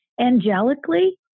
Angelically